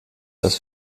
das